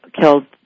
killed